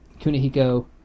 kunihiko